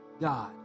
God